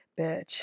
bitch